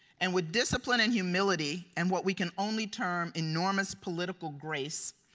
and with discipline, and humility, and what we can only term enormous political grace,